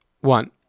one